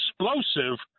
explosive